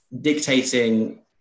dictating